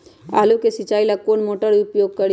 आलू के सिंचाई ला कौन मोटर उपयोग करी?